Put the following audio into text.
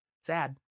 Sad